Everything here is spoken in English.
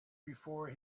before